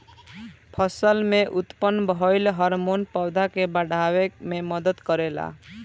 फसल में उत्पन्न भइल हार्मोन पौधा के बाढ़ावे में मदद करेला